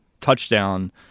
touchdown